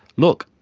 look,